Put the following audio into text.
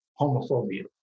homophobia